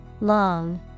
Long